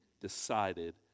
decided